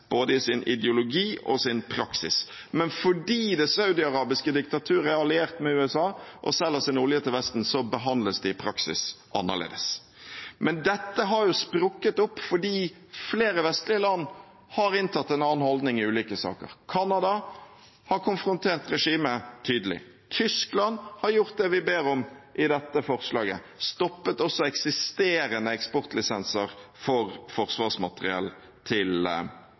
både sin ideologi og sin praksis – men fordi det saudiarabiske diktaturet er alliert med USA og selger sin olje til vesten, behandles det i praksis annerledes. Men dette har jo sprukket opp fordi flere vestlige land har inntatt en annen holdning i ulike saker. Canada har konfrontert regimet tydelig. Tyskland har gjort det vi ber om i dette forslaget: stoppet også eksisterende eksportlisenser for forsvarsmateriell til